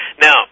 Now